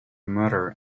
murder